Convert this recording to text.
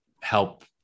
help